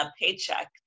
paycheck